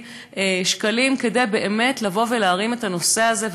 שקלים כדי באמת לבוא ולהרים את הנושא הזה,